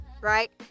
right